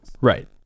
right